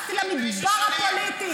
אני נכנסתי למדבר הפוליטי.